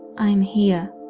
i'm here,